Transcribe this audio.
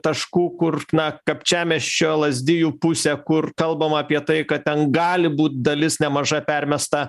taškų kur na kapčiamiesčio lazdijų pusė kur kalbama apie tai kad ten gali būt dalis nemaža permesta